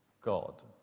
God